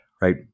right